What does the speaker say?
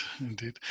indeed